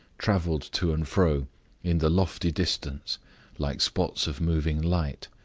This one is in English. traveled to and fro in the lofty distance like spots of moving light.